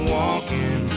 walking